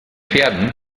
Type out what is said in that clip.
pferden